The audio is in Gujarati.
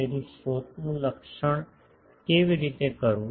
તેથી સ્રોતોનું લક્ષણ કેવી રીતે કરવું